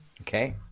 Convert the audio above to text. Okay